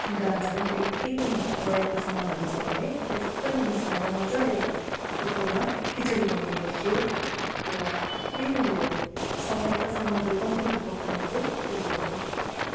गाजर बिट केही पनि रहेको समानहरू छ भने त्यो सबैलाई मिसाएर मजाले एउटा कुकरमा खिचडी बनाउने गर्छु र त्यहीँ नै मेरो समय र सामग्री कम्ती हुँदाको खाना चाहिँ त्यहीँ हो मेरो